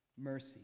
mercy